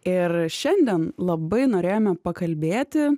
ir šiandien labai norėjome pakalbėti